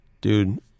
dude